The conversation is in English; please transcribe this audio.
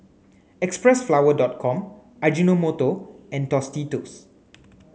Xpressflower dot com Ajinomoto and Tostitos